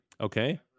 Okay